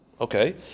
Okay